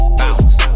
bounce